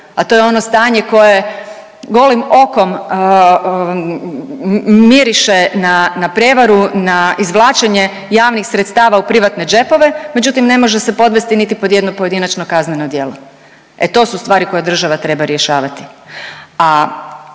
a to je ono stanje koje golim okom miriše na prijevaru, na izvlačenje javnih sredstava u privatne džepove, međutim, ne može se podvesti niti pod jedno pojedinačno kazneno djelo. E, to su stvari koje država treba rješavati.